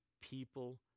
People